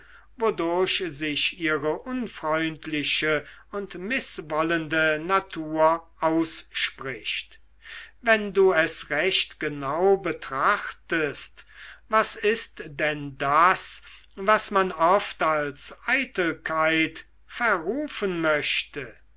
wodurch sich ihre unfreundliche und mißwollende natur ausspricht wenn du es recht genau betrachtest was ist denn das was man oft als eitelkeit verrufen möchte